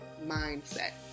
mindset